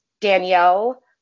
Danielle